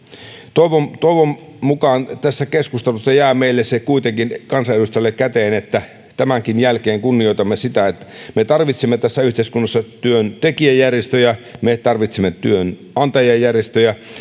toivon toivon mukaan tästä keskustelusta jää meille kansanedustajille se kuitenkin käteen että tämänkin jälkeen kunnioitamme sitä että me tarvitsemme tässä yhteiskunnassa työntekijäjärjestöjä me tarvitsemme työnantajajärjestöjä